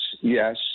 Yes